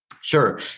Sure